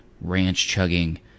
ranch-chugging